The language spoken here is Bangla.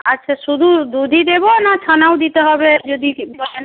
আচ্ছা শুধু দুধই দেবো না ছানাও দিতে হবে যদি কি বলেন